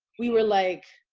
we were like,